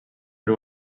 riu